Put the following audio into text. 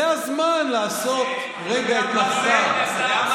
זה הזמן לעשות רגע אתנחתה.